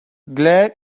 glad